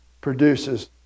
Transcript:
produces